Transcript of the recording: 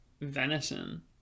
venison